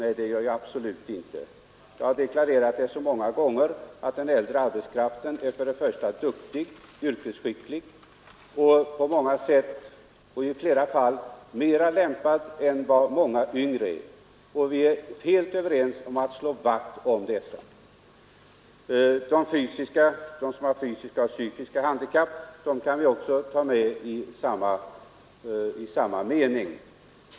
Det gör jag absolut inte. Jag har många gånger deklarerat att den äldre arbetskraften är duktig, yrkesskicklig och i flera fall mera lämpad än många yngre. Det är angeläget att vi slår vakt om den äldre arbetskraften. Detsamma gäller dem som har fysiska eller psykiska handikapp.